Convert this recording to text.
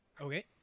okay